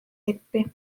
nippi